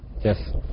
Yes